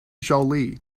jolie